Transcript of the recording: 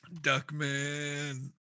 Duckman